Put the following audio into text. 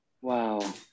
Wow